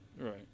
Right